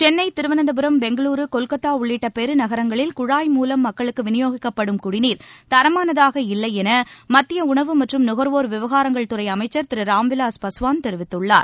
சென்னை திருவனந்தபுரம் பெங்களூரு கொல்கத்தா உள்ளிட்ட பெரு நகரங்களில் குழாய் மூலம் மக்களுக்கு விநியோகிக்கப்படும் குடிநீர் தரமானதாக இல்லையென மத்திய உணவு மற்றும் நுகர்வோர் விவகாரங்கள் துறை அமைச்சர் திரு ராம்விலாஸ் பாஸ்வான் தெரிவித்துள்ளார்